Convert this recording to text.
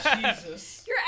Jesus